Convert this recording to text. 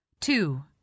Two